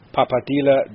Papadila